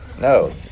No